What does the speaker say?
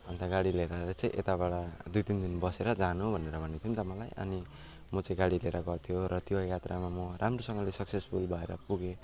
अन्त गाडी लिएर आएर चाहिँ यताबाट दुई तिन दिन बसेर जानु भनेर भनेको थियो नि त मलाई अनि म चाहिँ गाडी लिएर गएको थिएँ र त्यो यात्रामा म राम्रोसँगले सक्सेसफुल भएर पुगेँ